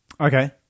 Okay